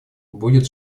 будет